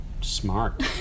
Smart